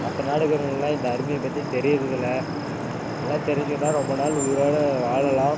மற்ற நாடுகள்லாம் இந்த அருமையை பற்றி தெரிகிறதில்ல எல்லாம் தெரிஞ்சிக்கிட்டால் ரொம்ப நாள் உயிரோடு வாழலாம்